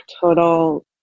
total